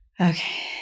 okay